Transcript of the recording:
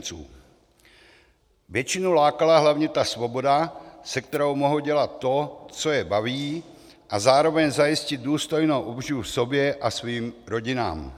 Většinu lákala hlavně svoboda, se kterou mohou dělat to, co je baví, a zároveň zajistit důstojnou obživu sobě a svým rodinám.